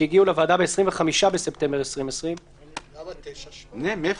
שהגיעו לוועדה ב-25 בספטמבר 2020. מי